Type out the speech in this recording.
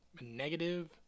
negative